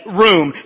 room